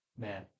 Man